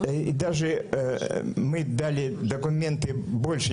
הארגון שלנו מאוד גדול,